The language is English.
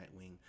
Nightwing